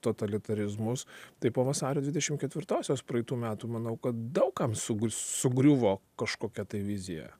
totalitarizmus tai po vasario dvidešim ketvirtosios praeitų metų manau kad daug kam su sugriuvo kažkokia tai vizija